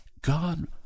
God